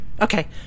Okay